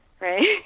Right